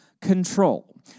Control